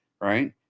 right